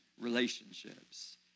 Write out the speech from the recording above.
relationships